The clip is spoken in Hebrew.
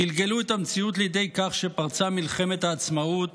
גלגלו את המציאות לידי כך שפרצה מלחמת העצמאות